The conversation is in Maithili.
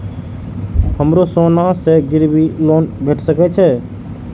हमरो सोना से गिरबी लोन भेट सके छे?